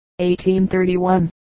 1831